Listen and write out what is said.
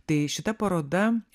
tai šita paroda